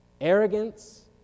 arrogance